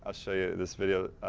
ah show you this video,